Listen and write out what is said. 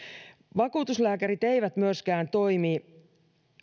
vakuutuslääkärit eivät myöskään toimi